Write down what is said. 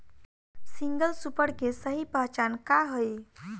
Single super के सही पहचान का हई?